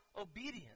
obedience